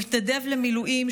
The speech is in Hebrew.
הוא התנדב למילואים,